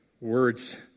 words